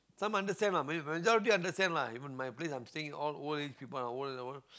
some understand lah ah understand lah even my place I'm staying all old age people old old